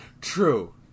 True